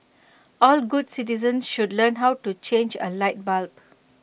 all good citizens should learn how to change A light bulb